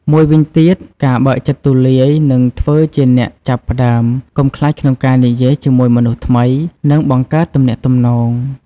មួយវិញទៀង ការបើកចិត្តទូលាយ និងធ្វើជាអ្នកចាប់ផ្តើម កុំខ្លាចក្នុងការនិយាយជាមួយមនុស្សថ្មី និងបង្កើតទំនាក់ទំនង។